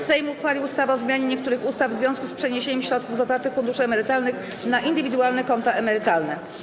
Sejm uchwalił ustawę o zmianie niektórych ustaw w związku z przeniesieniem środków z otwartych funduszy emerytalnych na indywidualne konta emerytalne.